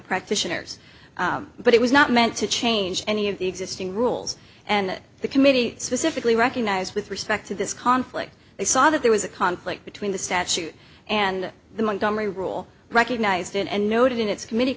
practitioners but it was not meant to change any of the existing rules and the committee specifically recognized with respect to this conflict they saw that there was a conflict between the statute and the montgomery rule recognized and noted in its committee